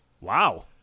Wow